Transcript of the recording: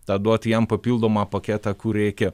tą duoti jam papildomą paketą kur reikia